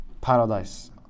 paradise